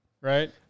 right